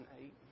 eight